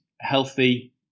healthy